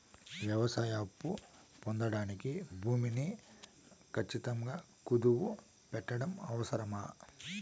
వ్యవసాయ అప్పు పొందడానికి భూమిని ఖచ్చితంగా కుదువు పెట్టడం అవసరమా?